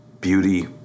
beauty